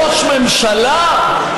צריך להיות נאה מקיים.